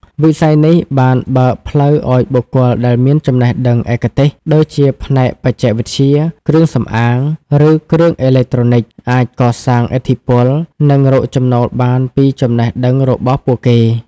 វិស័យនេះបានបើកផ្លូវឱ្យបុគ្គលដែលមានចំណេះដឹងឯកទេស ដូចជាផ្នែកបច្ចេកវិទ្យា គ្រឿងសម្អាង ឬគ្រឿងអេឡិចត្រូនិច អាចកសាងឥទ្ធិពល និងរកចំណូលបានពីចំណេះដឹងរបស់ពួកគេ។